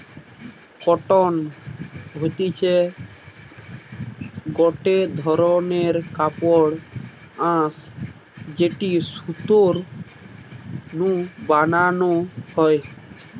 cotton হতিছে গটে ধরণের কাপড়ের আঁশ যেটি সুতো নু বানানো হয়